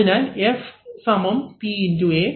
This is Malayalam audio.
അതിനാൽ F P x A